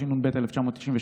התשנ"ב 1992,